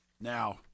Now